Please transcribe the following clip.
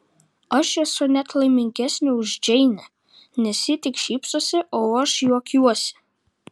aš esu net laimingesnė už džeinę nes ji tik šypsosi o aš juokiuosi